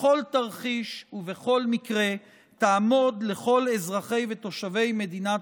בכל תרחיש ובכל מקרה תעמוד לכל אזרחי ותושבי מדינת